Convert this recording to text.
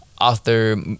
author